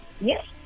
Yes